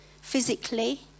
physically